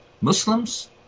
Muslims